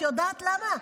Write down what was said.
את יודעת למה?